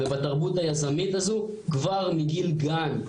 ובתרבות היזמית הזו כבר מגיל גן.